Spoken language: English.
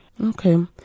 Okay